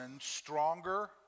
stronger